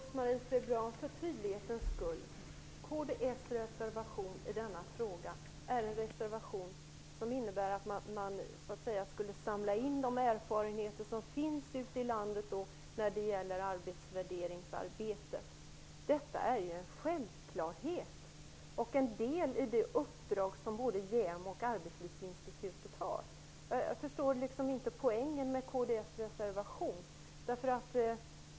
Herr talman! För tydlighetens skull, Rose-Marie Frebran, vill jag säga att kds reservation innebär att man skulle samla in de erfarenheter av arbetsvärderingsarbete som finns ute i landet. Detta är ju en självklarhet och en del av det uppdrag som både JämO och Arbetslivsinstitutet har. Jag förstår inte poängen med kds reservation.